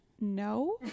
No